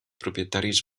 propietaris